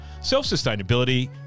self-sustainability